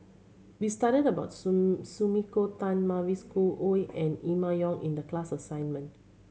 we studied about Sumiko Tan Mavis Khoo Oei and Emma Yong in the class assignment